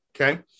Okay